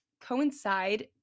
coincide